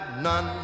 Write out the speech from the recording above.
none